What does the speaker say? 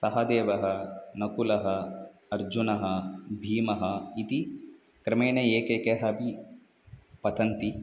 सहदेवः नकुलः अर्जुनः भीमः इति क्रमेण एकेकः अपि पतन्ति